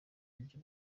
buryo